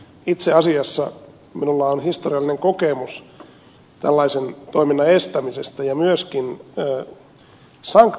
itse asiassa minulla on historiallinen kokemus tällaisen toiminnan estämisestä ja myöskin sanktioitten aikaansaamisesta